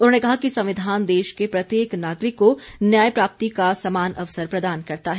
उन्होंने कहा कि संविधान देश के प्रत्येक नागरिक को न्याय प्राप्ति का समान अवसर प्रदान करता है